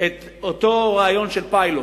את אותו רעיון של פיילוט,